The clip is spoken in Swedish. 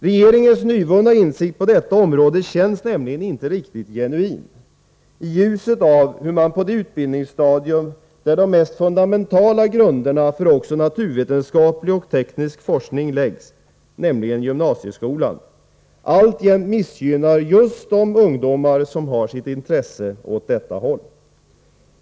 Regeringens nyvunna insikt på detta område känns nämligen inte riktigt genuin i ljuset av hur man på det utbildningsstadium där de mest fundamentala grunderna för också naturvetenskaplig och teknisk forskning läggs, nämligen i gymnasieskolan, alltjämt missgynnar just de ungdomar som har sitt intresse åt detta håll.